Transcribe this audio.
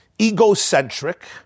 egocentric